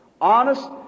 Honest